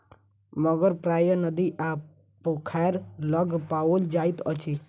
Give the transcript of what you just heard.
मगर प्रायः नदी आ पोखैर लग पाओल जाइत अछि